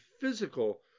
physical